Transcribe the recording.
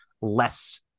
less